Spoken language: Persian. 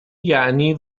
یعنی